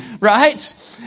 Right